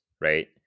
right